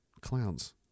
clowns